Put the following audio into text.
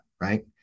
right